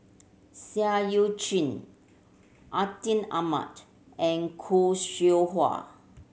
Seah Eu Chin Atin Amat and Khoo Seow Hwa